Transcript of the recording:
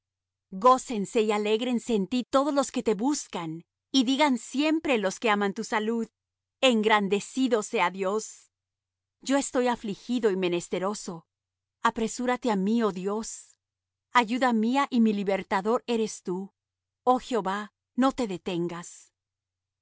gócense y alégrense en ti todos los que te buscan y digan siempre los que aman tu salud engrandecido sea dios yo estoy afligido y menesteroso apresúrate á mí oh dios ayuda mía y mi libertador eres tú oh jehová no te detengas